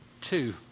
two